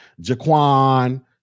Jaquan